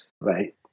right